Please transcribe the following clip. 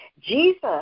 Jesus